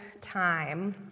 time